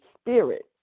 spirit